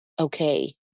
okay